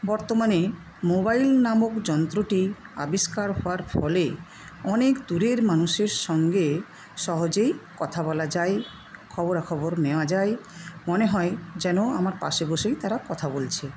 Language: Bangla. বর্তমানে মোবাইল নামক যন্ত্রটি আবিষ্কার হওয়ার ফলে অনেক দূরের মানুষের সঙ্গে সহজেই কথা বলা যায় খবরাখবর নেওয়া যায় মনে হয় যেন আমার পাশে বসেই তারা কথা বলছে